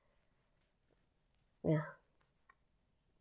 ya